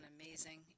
amazing